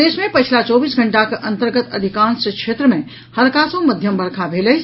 प्रदेश मे पछिला चौबीस घंटाक अंतर्गत अधिकांश क्षेत्र मे हल्का सँ मध्यम वर्षा भेल अछि